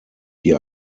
die